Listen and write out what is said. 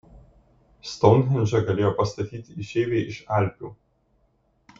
stounhendžą galėjo pastatyti išeiviai iš alpių